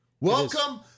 Welcome